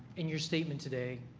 in your statement today,